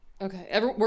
Okay